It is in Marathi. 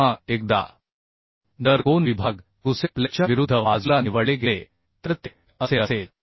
पुन्हा एकदा जर कोन विभाग गुसेट प्लेटच्या विरुद्ध बाजूला निवडले गेले तर ते असे असेल